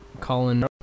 Colin